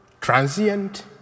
transient